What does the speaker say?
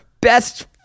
best